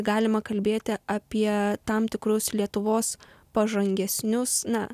galima kalbėti apie tam tikrus lietuvos pažangesnius na